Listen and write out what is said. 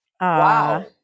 wow